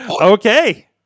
okay